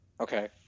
Okay